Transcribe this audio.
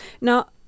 Now